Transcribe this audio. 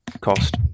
Cost